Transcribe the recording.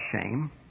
shame